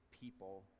people